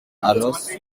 allows